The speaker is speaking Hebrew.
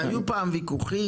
היו פעם ויכוחים,